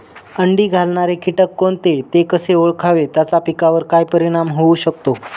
अंडी घालणारे किटक कोणते, ते कसे ओळखावे त्याचा पिकावर काय परिणाम होऊ शकतो?